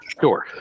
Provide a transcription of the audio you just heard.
Sure